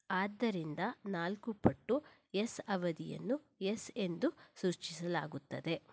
ಆದ್ದರಿಂದ ನಾಲ್ಕು ಪಟ್ಟು ಎಸ್ ಅವಧಿಯನ್ನು ಎಸ್ ಎಂದು ಸೂಚಿಸಲಾಗುತ್ತದೆ